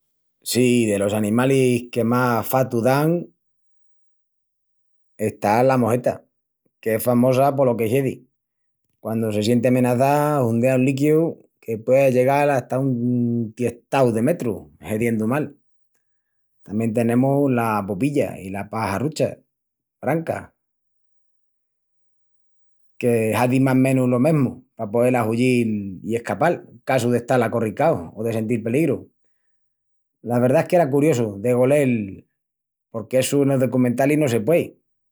Sí, delos animalis que màs fatu dan está la moheta, qu'es famosa polo que hiedi. Quandu se sienti amenazá, hundea un líquiu que puei allegal ata un tiestau de metrus hediendu mal. Tamién tenemus la bobilla i la paxarrucha branca, que hazin más menus lo mesmu pa poel ahuyil i escapal casu d'estal acorricaus o de sentil peligru. La verdá es qu'era curiosu de golel porque essu enos decumentalis no se puei.